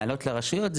לרשויות.